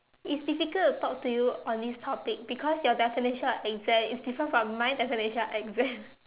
it's difficult to talk to you on this topic because your definition of exam is different from my definition of exam